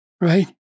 right